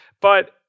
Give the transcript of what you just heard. But-